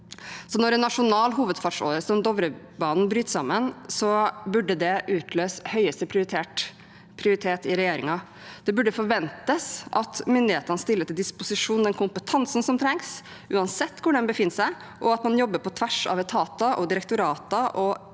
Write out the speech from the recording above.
Når en nasjonal hovedfartsåre som Dovrebanen bryter sammen, burde det utløse høyeste prioritet i regjeringen. Det burde forventes at myndighetene stiller til disposisjon den kompetansen som trengs, uansett hvor den befinner seg, og at man jobber på tvers av etater, direktorater og